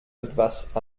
etwas